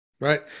Right